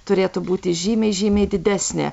turėtų būti žymiai žymiai didesnė